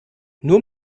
nur